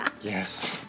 Yes